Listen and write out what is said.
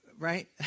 Right